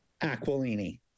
Aquilini